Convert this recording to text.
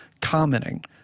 commenting